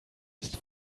ist